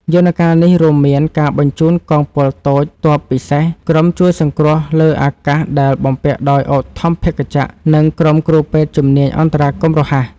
យន្តការនេះរួមមានការបញ្ជូនកងពលតូចទ័ពពិសេស ក្រុមជួយសង្គ្រោះលើអាកាសដែលបំពាក់ដោយឧទ្ធម្ភាគចក្រ និងក្រុមគ្រូពេទ្យជំនាញអន្តរាគមន៍រហ័ស។